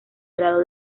grado